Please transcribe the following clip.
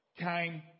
came